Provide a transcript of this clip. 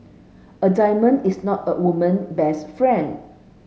a diamond is not a woman best friend